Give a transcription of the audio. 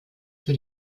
für